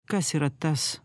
kas yra tas